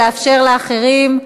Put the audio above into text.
לאפשר לאחרים.